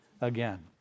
again